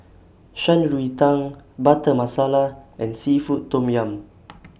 Shan Rui Tang Butter Masala and Seafood Tom Yum